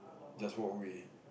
just walk away